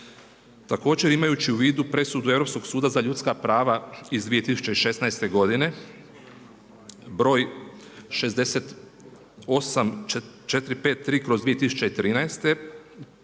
Također imajući u vidu presudu Europskog suda za ljudska prava iz 2016. godine br. 68453/2013 Pajić